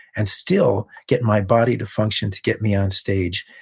and still get my body to function to get me on stage,